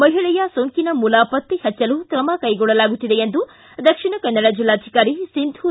ಮಹಿಳೆಯ ಸೋಂಕಿನ ಮೂಲ ಪತ್ತೆ ಹಚ್ಚಲು ಕ್ರಮ ಕೈಗೊಳ್ಳಲಾಗುತ್ತಿದೆ ಎಂದು ದಕ್ಷಿಣ ಕನ್ನಡ ಜಿಲ್ಲಾಧಿಕಾರಿ ಸಿಂಧೂ ಬಿ